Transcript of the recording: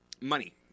money